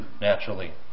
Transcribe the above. naturally